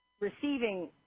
receiving